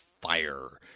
fire